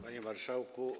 Panie Marszałku!